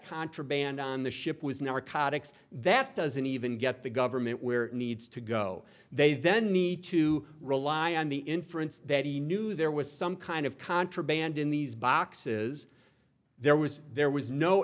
contraband on the ship was narcotics that doesn't even get the government where needs to go they then need to rely on the inference that he knew there was some kind of contraband in these boxes there was there was no